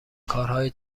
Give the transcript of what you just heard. کارهای